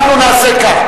נעשה כך,